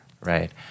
right